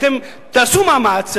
תעשו מאמץ.